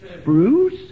Spruce